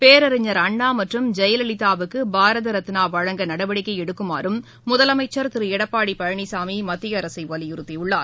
பேரறிஞர் அண்ணா மற்றும் ஜெயலலிதாவுக்கு பாரத ரத்னா வழங்க நடவடிக்கை எடுக்குமாறும் திரு எடப்பாடி பழனிசாமி மத்திய அரசை வலியுறுத்தியுள்ளார்